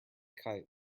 kite